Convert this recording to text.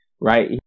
right